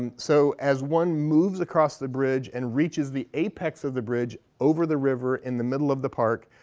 and so as one moves across the bridge and reaches the apex of the bridge over the river in the middle of the park,